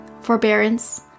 forbearance